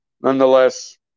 nonetheless